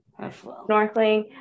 Snorkeling